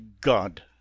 GOD